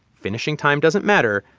finishing time doesn't matter.